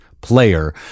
player